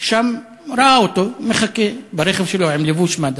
שם ראה אותו מחכה ברכב שלו עם לבוש מד"א.